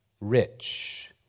rich